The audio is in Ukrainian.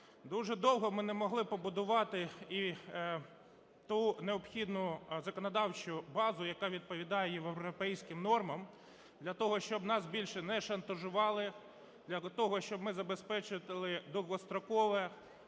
Дуже довго ми не могли побудувати і ту необхідну законодавчу базу, яка відповідає європейським нормам, для того щоб нас більше не шантажували, для того щоб ми забезпечили довгострокове